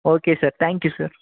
okay sir thank you sir